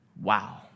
wow